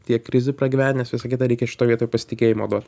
tiek krizių pragyvenęs visa kita reikia šitoj vietoj pasitikėjimo duot